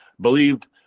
believed